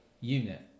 unit